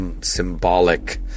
symbolic